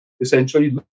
essentially